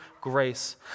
grace